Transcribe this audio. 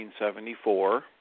1974